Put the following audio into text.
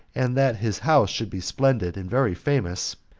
and that his house should be splendid, and very famous,